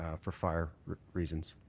ah for fire reasons.